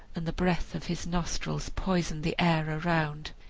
and the breath of his nostrils poisoned the air around.